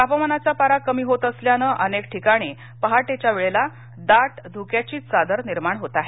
तापमानाचा पारा कमी होत असल्याने अनेक ठिकाणी पहाटेच्या वेळेला दाट धुक्याची चादर निर्माण होत आहे